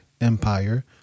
empire